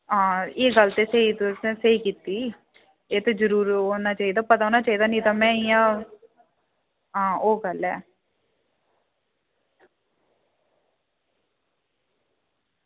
आं एह् गल्ल ते स्हेई तुसें स्हेई कीती एह् जरूर होना चाहिदा पता होना चाहिदा नेईं तां में इंया आं ओह् गल्ल ऐ